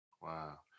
Wow